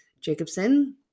Jacobson